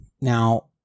Now